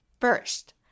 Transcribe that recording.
First